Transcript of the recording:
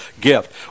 gift